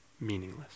meaningless